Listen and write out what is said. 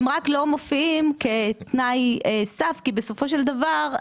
הם רק לא מופיעים כתנאי סף כי בסופו של דבר,